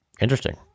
Interesting